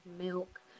milk